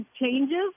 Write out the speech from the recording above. changes